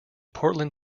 portland